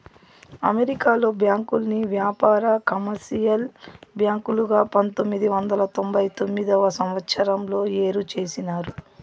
అమెరికాలో బ్యాంకుల్ని వ్యాపార, కమర్షియల్ బ్యాంకులుగా పంతొమ్మిది వందల తొంభై తొమ్మిదవ సంవచ్చరంలో ఏరు చేసినారు